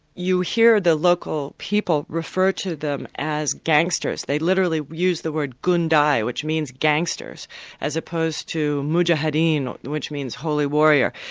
you hear the local people refer to them as gangsters, they literally use the word gundai, which means gangsters as opposed to mujahideen, which means holy warrior,